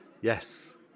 Yes